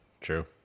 true